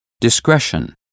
discretion